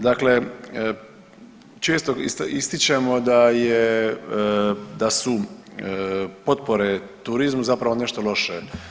Dakle, često ističemo da su potpore turizmu zapravo nešto loše.